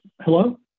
Hello